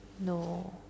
No